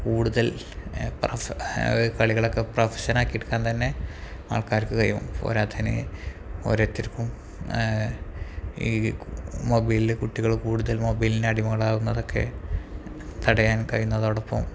കൂടുതൽ പ്രാസ കളികളൊക്കെ പ്രൊഫഷനാക്കി എടുക്കാൻ തന്നെ ആൾക്കാർക്ക് കഴിയും പോരാത്തതിന് ഓരോത്തർക്കും ഈ കൂ മൊബൈലിൽ കുട്ടികൾ കൂടുതൽ മൊബൈലിന് അടിമകളാകുന്നതൊക്കെ തടയാൻ കഴിയുന്നതോടൊപ്പം